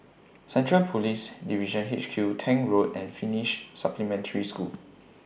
Central Police Division H Q Tank Road and Finnish Supplementary School